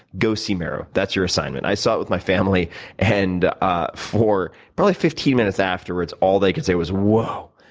go see meru. that's your assignment. i saw it with my family and ah for probably fifteen minutes afterwards, all they could say was whoa,